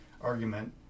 argument